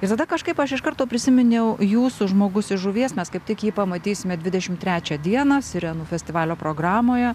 ir tada kažkaip aš iš karto prisiminiau jūsų žmogus iš žuvies mes kaip tik jį pamatysime dvidešimt trečią dieną sirenų festivalio programoje